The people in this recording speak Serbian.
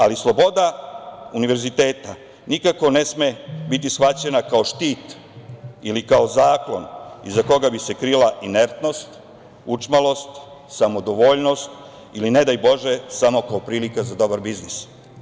Ali, sloboda univerziteta nikako ne sme biti shvaćena kao štit ili kao zakon iza koga bi se krila inertnost, učmalost, samodovoljnost ili ne daj bože samo kao prilika za dobar biznis.